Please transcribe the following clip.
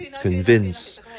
convince